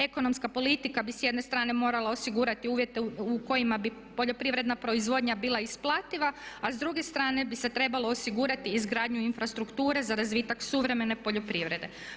Ekonomska politika bi s jedne strane morala osigurati uvjete u kojima bi poljoprivredna proizvodnja bila isplativa, a s druge strane bi se trebalo osigurati izgradnju infrastrukture za razvitak suvremene poljoprivrede.